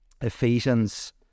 Ephesians